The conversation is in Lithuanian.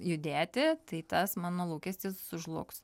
judėti tai tas mano lūkestis sužlugs